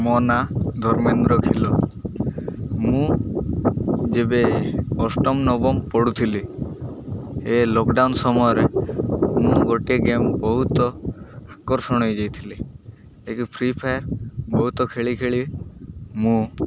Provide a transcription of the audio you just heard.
ମୋ ନାଁ ଧର୍ମେନ୍ଦ୍ର ଖିଲୋ ମୁଁ ଯେବେ ଅଷ୍ଟମ ନବମ ପଢ଼ୁଥିଲି ଏ ଲକଡାଉନ୍ ସମୟରେ ମୁଁ ଗୋଟିଏ ଗେମ୍ ବହୁତ ଆକର୍ଷଣୀୟ ଯାଇଥିଲି ଯେକି ଫ୍ରି ଫାୟାର ବହୁତ ଖେଳି ଖେଳି ମୁଁ